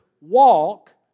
walk